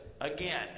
again